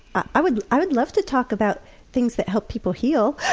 i would i would love to talk about things that help people heal,